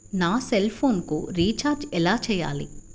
నా సెల్ఫోన్కు రీచార్జ్ ఎలా చేయాలి?